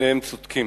שניהם צודקים,